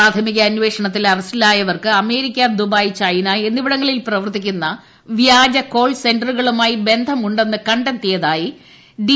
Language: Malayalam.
പ്രാഥ മിക അന്വേഷണത്തിൽ അറസ്റ്റിലായവർക്ക് അമേരിക്ക ദുബായ് ചൈന എന്നിവിടങ്ങളിൽ പ്രവർത്തിക്കുന്ന വ്യാജ കോൾസെന്ററു കളുമായി ബന്ധമുണ്ടെന്ന് കണ്ടെത്തിയതായി ഡി